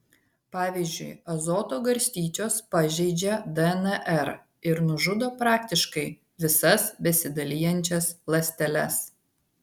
pavyzdžiui azoto garstyčios pažeidžia dnr ir nužudo praktiškai visas besidalijančias ląsteles